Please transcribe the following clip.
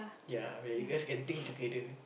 ya I mean like you guys can think together